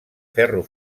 ferro